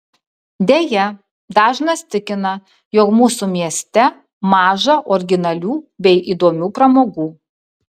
deja dažnas tikina jog mūsų mieste maža originalių bei įdomių pramogų